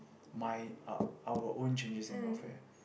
mine our our own changes in welfare